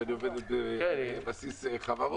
שאני עובד על בסיס החברות,